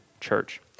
church